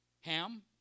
Ham